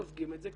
סופגים את זה,